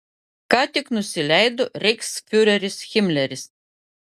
ką tik nusileido reichsfiureris himleris